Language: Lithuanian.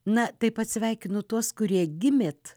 na taip pat sveikinu tuos kurie gimėt